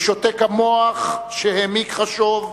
ושותק המוח שהעמיק חשוב,